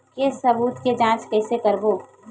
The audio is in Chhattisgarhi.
के सबूत के जांच कइसे करबो?